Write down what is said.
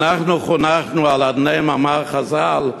אנחנו חונכנו על אדני מאמר חז"ל: